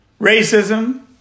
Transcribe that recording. racism